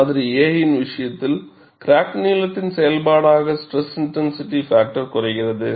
மாதிரி A இன் விஷயத்தில் கிராக் நீளத்தின் செயல்பாடாக ஸ்ட்ரெஸ் இன்டென்சிட்டி பாக்டர் குறைகிறது